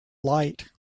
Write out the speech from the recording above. light